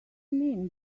mean